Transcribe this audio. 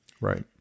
Right